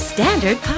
Standard